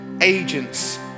agents